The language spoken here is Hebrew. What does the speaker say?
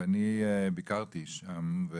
וביקרתי שם.